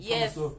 Yes